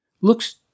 Looks